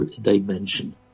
dimension